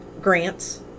grants